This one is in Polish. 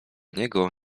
niego